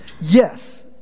Yes